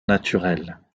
naturelles